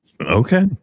Okay